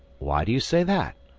why do you say that?